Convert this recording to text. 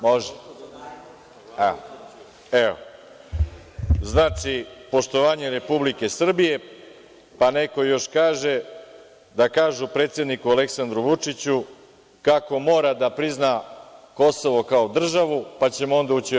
Može? (Vjerica Radeta: Ajde.) Znači, poštovanje Republike Srbije, pa neko još kaže da kažu predsedniku Aleksandru Vučiću kako mora da prizna Kosovo kao državu, pa ćemo onda ući u EU.